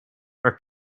are